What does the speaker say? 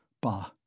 Bah